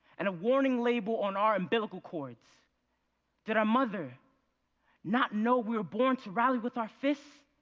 and a warning label on our umbilical cords that our mother not know we were born to rally with our fists?